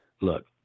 look